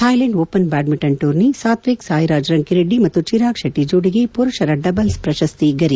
Thailand open badminton tourney Satwik Sai Raj ರಂಕಿರಡ್ಡಿ ಮತ್ತು ಚಿರಾಗ್ಶೆಟ್ಟಿ ಜೋಡಿಗೆ ಮರುಷರ doubles ಪ್ರಶಸ್ತಿ ಗರಿ